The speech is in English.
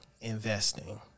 investing